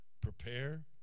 Prepare